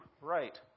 right